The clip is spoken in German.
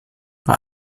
bei